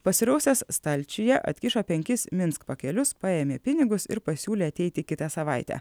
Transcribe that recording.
pasirausęs stalčiuje atkišo penkis minsk pakelius paėmė pinigus ir pasiūlė ateiti kitą savaitę